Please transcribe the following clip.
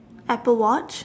apple watch